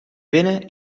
binnen